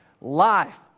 life